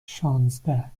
شانزده